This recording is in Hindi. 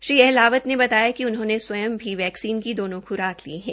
श्री अहलावत ने बताया कि उन्होंने स्वयं भी वैक्सीन की दोनों ख्राक ले ली है